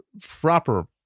proper